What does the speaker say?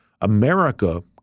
america